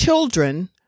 Children